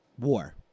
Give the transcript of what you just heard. war